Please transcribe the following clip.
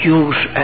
use